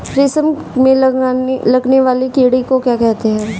रेशम में लगने वाले कीड़े को क्या कहते हैं?